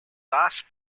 last